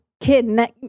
kid